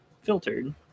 filtered